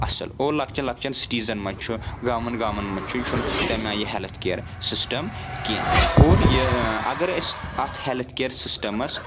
اَصٕل اور لۄکچَن لۄکچَن سٹیٖزن منٛز چھُ گامَن گامَن منٛز چھُ یہِ چھُنہٕ تَمہِ آیہِ یہِ ہِیٚلٕتھ کِیَر سِسٹم کینٛہہ اور یہِ اگر أسۍ اتھ ہِیٚلٕتھ کِیَر سِسٹمس